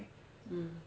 hmm